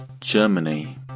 Germany